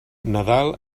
nadal